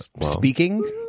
Speaking